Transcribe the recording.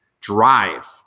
drive